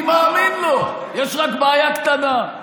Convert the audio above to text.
אני מאמין לו, רק יש בעיה קטנה: